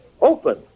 Open